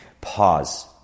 pause